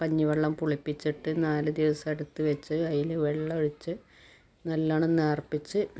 കഞ്ഞിവെള്ളം പുളിപ്പിച്ചിട്ട് നാല് ദിവസമെടുത്ത് വച്ച് അതിൽ വെള്ളം ഒഴിച്ച് നല്ലോണം നേർപ്പിച്ച്